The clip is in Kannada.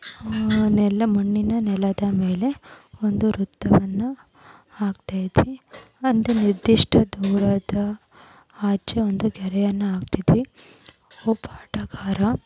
ನೆಲ ಮಣ್ಣಿನ ನೆಲದ ಮೇಲೆ ಒಂದು ವೃತ್ತವನ್ನು ಹಾಕ್ತಾಯಿದ್ವಿ ಒಂದು ನಿರ್ದಿಷ್ಟ ದೂರದ ಆಚೆ ಒಂದು ಗೆರೆಯನ್ನು ಹಾಕ್ತಿದ್ವಿ ಒಬ್ಬ ಆಟಗಾರ